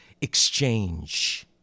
exchange